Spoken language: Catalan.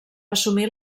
assumir